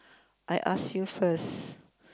I ask you first